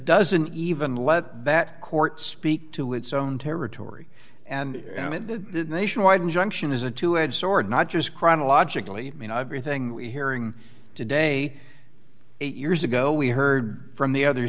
doesn't even let that court speak to its own territory and the nationwide injunction is a two edged sword not just chronologically you know everything we hearing today eight years ago we heard from the other